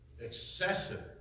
excessive